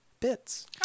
bits